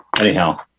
Anyhow